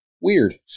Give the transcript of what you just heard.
Weird